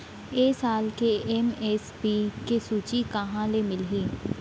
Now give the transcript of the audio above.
ए साल के एम.एस.पी के सूची कहाँ ले मिलही?